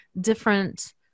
different